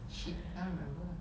shit I cannot remember wheelchair